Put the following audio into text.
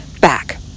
back